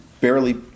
barely